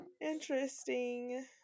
interesting